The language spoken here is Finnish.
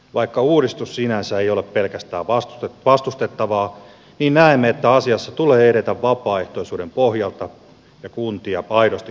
vaikka uudistus sinänsä ei ole pelkästään vastustettava näemme että asiassa tulee edetä vapaaehtoisuuden pohjalta ja kuntia aidosti kuunnellen